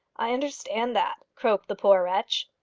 i understand that, croaked the poor wretch.